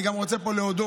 אני גם רוצה פה להודות